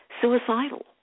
suicidal